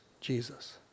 Jesus